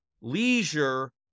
leisure